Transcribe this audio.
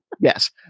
Yes